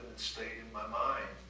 stayed in my mind.